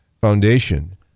foundation